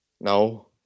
No